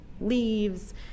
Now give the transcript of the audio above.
leaves